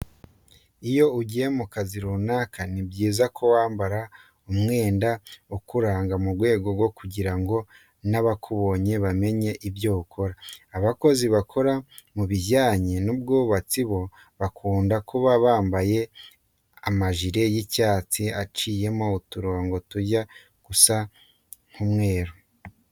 Iyo ugiye mu kazi runaka, ni byiza ko wambara umwenda ukuranga mu rwego rwo kugira ngo n'abakubonye bamenye ibyo ukora. Abakozi bakora mu bijyanye n'ubwubatsi bo bakunda kuba bambaye amajire y'icyatsi aciyemo uturongo tujya gusa nk'umweru.